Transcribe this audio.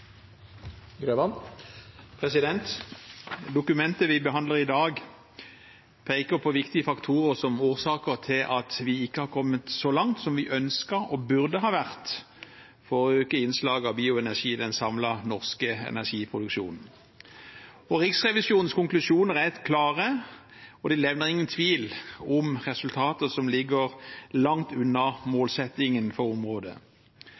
er omme. Dokumentet vi behandler i dag, peker på viktige faktorer som årsaker til at vi ikke har kommet så langt som vi ønsket og burde ha vært, i å øke innslaget av bioenergi i den samlede norske energiproduksjonen. Riksrevisjonens konklusjoner er klare, og de levner ingen tvil om resultatet, som ligger langt unna målsettingen for området.